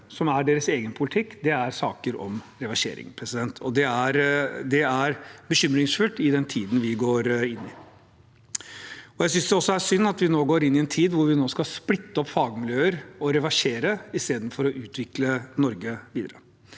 som er deres egen politikk, omhandler reversering. Det er bekymringsfullt i den tiden vi går inn i. Jeg synes også det er synd at vi nå går inn i en tid hvor vi skal splitte opp fagmiljøer og reversere istedenfor å utvikle Norge videre.